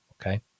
Okay